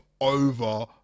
over